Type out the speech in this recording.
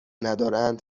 ندارند